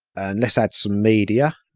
lets add some media,